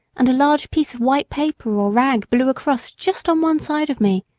and a large piece of white paper or rag blew across just on one side of me.